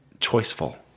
choiceful